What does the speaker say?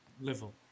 level